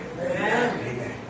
Amen